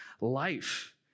life